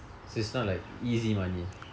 so it's not like easy money